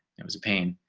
it was a pain,